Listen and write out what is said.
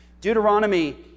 Deuteronomy